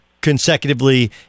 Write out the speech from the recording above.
consecutively